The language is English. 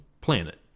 planet